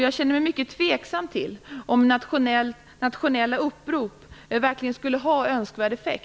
Jag känner mig mycket tveksam till om nationella upprop verkligen skulle ha önskvärd effekt.